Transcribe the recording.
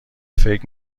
فکر